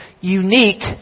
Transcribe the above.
unique